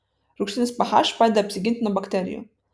rūgštinis ph padeda apsiginti nuo bakterijų